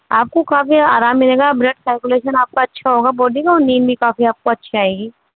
آپ کو کافی آرام ملے گا بلڈ سرکولیشن آپ کا اچھا ہوگا باڈی کا اور نیند بھی کافی آپ کو اچھی آئے گی